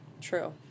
True